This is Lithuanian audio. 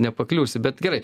nepakliūsi bet gerai